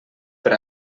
per